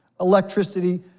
electricity